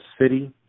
city